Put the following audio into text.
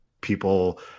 people